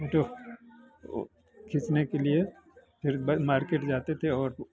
photo खींचने के लिए फिर ब मार्केट जाते थे और